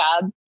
job